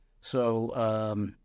so-